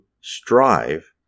strive